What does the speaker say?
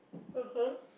(uh huh)